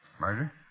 Murder